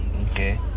Okay